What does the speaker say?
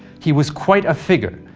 he was quite a figure,